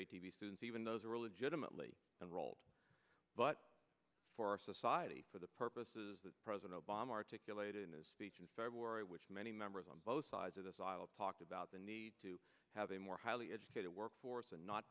v students even those are legitimate lee enrolled but for society for the purposes that president obama articulated in his speech in february which many members on both sides of this aisle talked about the need to have a more highly educated workforce and not